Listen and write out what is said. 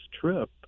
trip